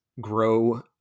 grow